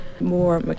more